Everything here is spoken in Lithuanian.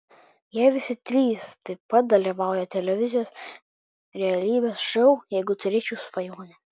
jie visi trys taip pat dalyvauja televizijos realybės šou jeigu turėčiau svajonę